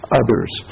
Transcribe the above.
others